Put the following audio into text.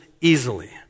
easily